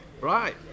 Right